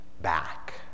back